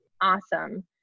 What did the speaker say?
awesome